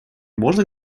можно